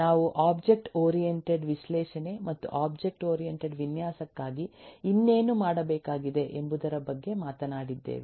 ನಾವು object oriented ವಿಶ್ಲೇಷಣೆ ಮತ್ತು ಒಬ್ಜೆಕ್ಟ್ ಓರಿಯಂಟೆಡ್ ವಿನ್ಯಾಸಕ್ಕಾಗಿ ಇನ್ನೇನು ಮಾಡಬೇಕಾಗಿದೆ ಎಂಬುದರ ಬಗ್ಗೆ ಮಾತನಾಡಿದ್ದೇವೆ